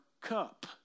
cup